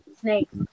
Snakes